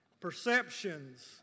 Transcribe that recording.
Perceptions